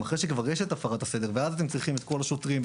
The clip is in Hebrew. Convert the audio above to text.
אחרי שכבר יש את הפרת הסדר ואז אתם צריכים את כל השוטרים,